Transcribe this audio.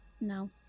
no